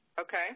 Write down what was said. Okay